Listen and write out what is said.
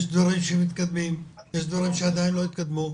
יש דברים שמתקדמים, יש דברים שעדיין לא התקדמו.